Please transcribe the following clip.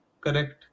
Correct